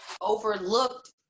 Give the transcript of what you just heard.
overlooked